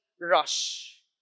rush